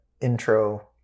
intro